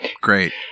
Great